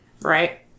Right